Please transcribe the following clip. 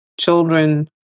children